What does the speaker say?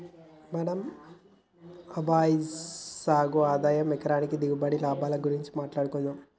మనం అజ్వైన్ సాగు ఆదాయం ఎకరానికి దిగుబడి, లాభాల గురించి మాట్లాడుకుందం